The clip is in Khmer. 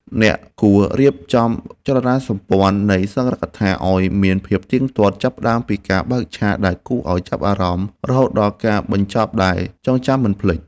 អ្នកគួររៀបចំរចនាសម្ព័ន្ធនៃសន្ទរកថាឱ្យមានភាពទាក់ទាញ ចាប់ផ្ដើមពីការបើកឆាកដែលគួរឱ្យចាប់អារម្មណ៍ រហូតដល់ការបញ្ចប់ដែលចងចាំមិនភ្លេច។